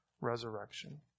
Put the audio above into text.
resurrection